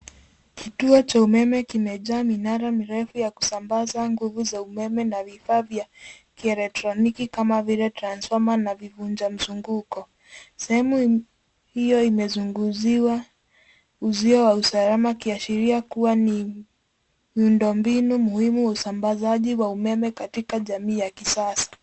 Kituo cha umeme kimejaa minara mirefu ya kusambaza nguvu za umeme na vifaa vya kielektroniki kama vile transfoma na vivunja mzunguko. Sehemu hiyo imezungushiwa uzio wa usalama ikiashiria kuwa ni miundombinu muhimu wa usambazaji wa umeme katika jamii ya kisasa.